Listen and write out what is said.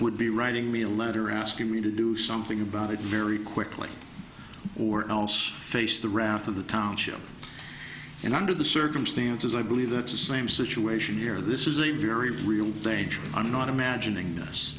would be writing me a letter asking me to do something about it very quickly or else face the wrath of the township and under the circumstances i believe that's the same situation here this is a very real danger i'm not imagining